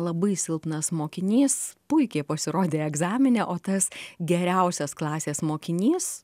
labai silpnas mokinys puikiai pasirodė egzamine o tas geriausias klasės mokinys